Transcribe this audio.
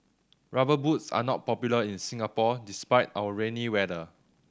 Rubber Boots are not popular in Singapore despite our rainy weather